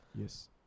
Yes